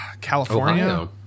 California